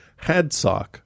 Hadsock